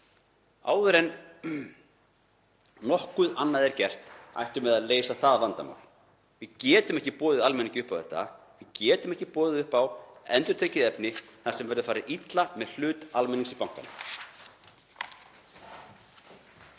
Áður en nokkuð annað er gert ættum við að leysa það vandamál. Við getum ekki boðið almenningi upp á þetta. Við getum ekki boðið upp á endurtekið efni þar sem illa verður farið með hlut almennings í bankanum.